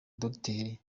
dogiteri